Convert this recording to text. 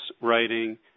writing